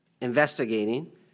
investigating